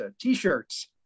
T-shirts